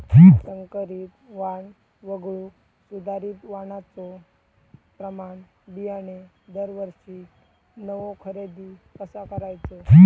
संकरित वाण वगळुक सुधारित वाणाचो प्रमाण बियाणे दरवर्षीक नवो खरेदी कसा करायचो?